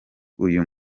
uyu